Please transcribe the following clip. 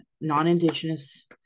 non-indigenous